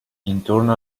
intorno